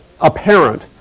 apparent